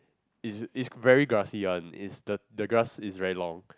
it's it's very grassy [one] is the the grass is very long